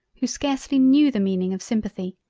who scarcely knew the meaning of simpathy,